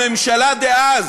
הממשלה דאז